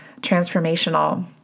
transformational